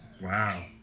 Wow